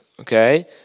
Okay